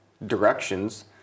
directions